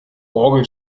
orgel